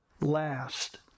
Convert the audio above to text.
last